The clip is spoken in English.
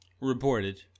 Reported